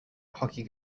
hockey